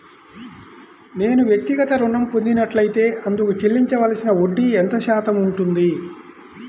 నేను వ్యక్తిగత ఋణం పొందినట్లైతే అందుకు చెల్లించవలసిన వడ్డీ ఎంత శాతం ఉంటుంది?